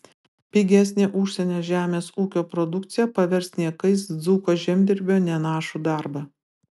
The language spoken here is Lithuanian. pigesnė užsienio žemės ūkio produkcija pavers niekais dzūko žemdirbio nenašų darbą